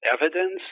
evidence